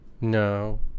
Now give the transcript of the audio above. No